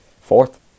fourth